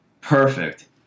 Perfect